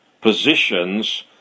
positions